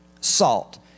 salt